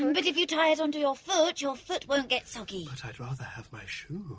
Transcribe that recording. and but if you tie it onto your foot, your foot won't get soggy. but i'd rather have my shoe.